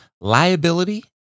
Liability